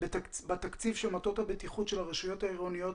בתקציב של מטות הבטיחות של הרשויות העירוניות.